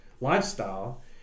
lifestyle